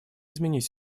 изменить